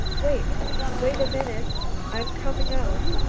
wait wait a minute i'm coming out.